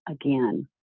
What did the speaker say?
again